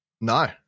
No